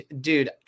dude